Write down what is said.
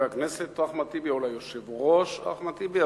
הכנסת אחמד טיבי או ליושב-ראש אחמד טיבי,